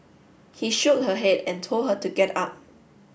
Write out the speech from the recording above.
he shook her head and told her to get up